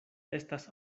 estas